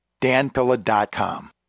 danpilla.com